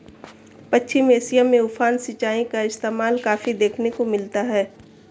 पश्चिम Asia में उफान सिंचाई का इस्तेमाल काफी देखने को मिलता है